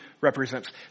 represents